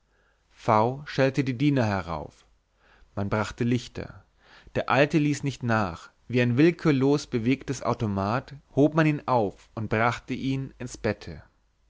v schellte die diener herauf man brachte lichter der alte ließ nicht nach wie ein willkürlos bewegtes automat hob man ihn auf und brachte ihn ins bette